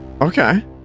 Okay